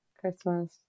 Christmas